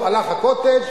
הלך ה"קוטג'",